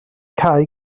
cau